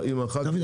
דוד,